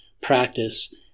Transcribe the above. practice